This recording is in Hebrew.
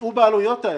יישאו בעלויות האלה.